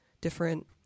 different